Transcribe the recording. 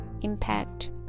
impact